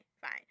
fine